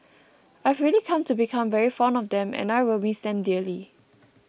I've really come to become very fond of them and I will miss them dearly